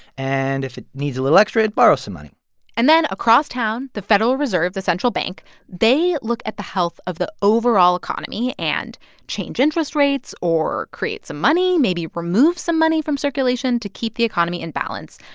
and if it needs a little extra, it borrows some money and then, across town, the federal reserve the central bank they look at the health of the overall economy and change interest rates or create some money, maybe remove some money from circulation to keep the economy in balance.